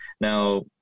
now